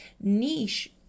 niche